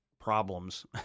problems